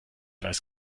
weiß